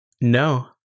No